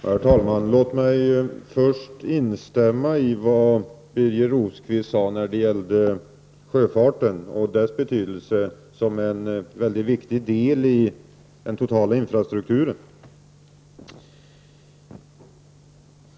Herr talman! Låt mig först instämma i vad Birger Rosqvist sade om sjöfarten och dess stora betydelse som en del i den totala infrastrukturen.